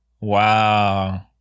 Wow